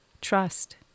trust